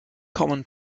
common